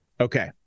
Okay